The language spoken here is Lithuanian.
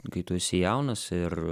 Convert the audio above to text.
kai tu esi jaunas ir